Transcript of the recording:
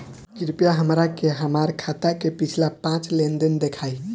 कृपया हमरा के हमार खाता के पिछला पांच लेनदेन देखाईं